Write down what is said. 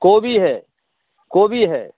गोभी है गोभी है